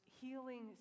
healing